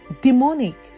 demonic